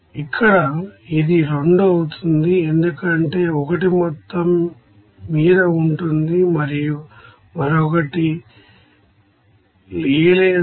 ఇక్కడ ఇది 2 అవుతుంది ఎందుకంటే ఒకటి మొత్తం మీద ఉంటుంది మరియు మరొకటి A లేదా B